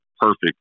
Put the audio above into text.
perfect